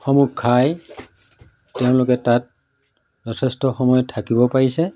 সমূহ খাই তেওঁলোকে তাত যথেষ্ট সময় থাকিব পাৰিছে